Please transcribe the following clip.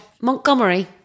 Montgomery